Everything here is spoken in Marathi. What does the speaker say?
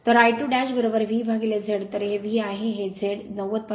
तर I2VZ तर हे V आहे हे Z 90